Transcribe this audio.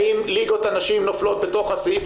האם ליגות הנשים נופלות בתוך הסעיף